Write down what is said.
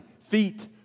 feet